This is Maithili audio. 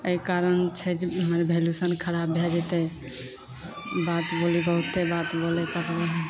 एहि कारण छै जे ओम्हर वैल्युएशन खराब भै जेते बात बोलै बहुते बात बोलै